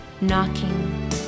knocking